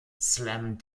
slam